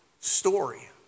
Story